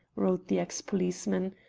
wrote the ex-policeman,